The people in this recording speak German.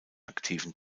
aktiven